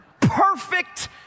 Perfect